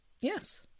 Yes